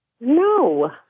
No